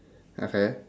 okay